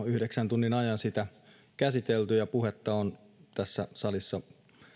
yhdeksän tunnin ajan sitä käsitelty ja puhetta on tässä salissa